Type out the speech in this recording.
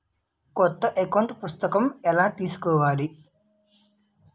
కొత్త అకౌంట్ పుస్తకము ఎలా తీసుకోవాలి?